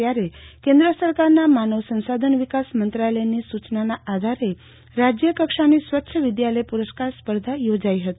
ત્યારે કેન્દ્ર સરકારના માનવ સંશાધન વિકાશ મંત્રાલયની સુચનાના આધારે રાજયકક્ષાની સ્વચ્છ વિધાલય પુરસ્કાર સ્પર્ધા યોજાઈ હતી